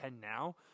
now